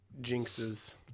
jinxes